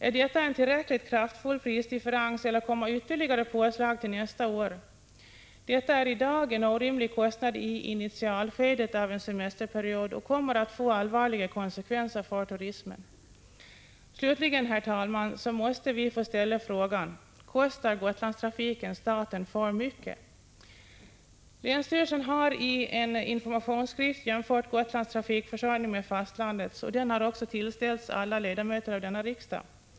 Är detta en tillräckligt kraftfull prisdifferens, eller kommer ytterligare påslag till nästa år? Detta är i dag en orimlig kostnad i initialskedet av en semesterperiod, och den kommer att få allvarliga konsekvenser för turismen. Slutligen, herr talman, måste vi få ställa frågan: Kostar Gotlandstrafiken staten för mycket? Länsstyrelsen har i en informationsskrift jämfört Gotlands trafikförsörjning med fastlandets. Den skriften har tillställts alla ledamöter av denna riksdag.